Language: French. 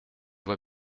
vois